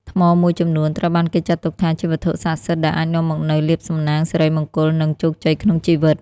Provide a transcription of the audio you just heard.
ថ្មមួយចំនួនត្រូវបានគេចាត់ទុកថាជាវត្ថុស័ក្តិសិទ្ធិដែលអាចនាំមកនូវលាភសំណាង សិរីមង្គល និងជោគជ័យក្នុងជីវិត។